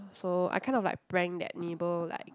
so I kind of like prank that neighbour like